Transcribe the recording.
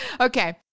Okay